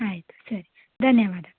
ಆಯಿತು ಸರಿ ಧನ್ಯವಾದಗಳು